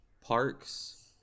parks